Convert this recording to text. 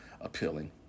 appealing